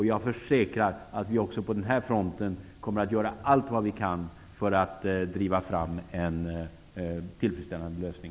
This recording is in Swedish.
Jag försäkrar att vi på den fronten kommer att göra allt vad vi kan för att driva fram en tillfredsställande lösning.